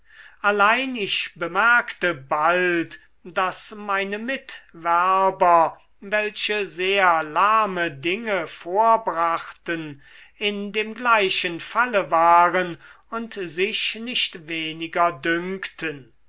allein ich bemerkte bald daß meine mitwerber welche sehr lahme dinge vorbrachten in dem gleichen falle waren und sich nicht weniger dünkten